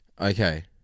Okay